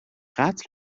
قتل